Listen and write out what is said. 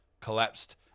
Collapsed